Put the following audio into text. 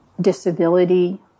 disability